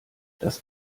das